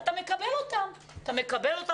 אתה מקבל אותם פרודוקטיביים,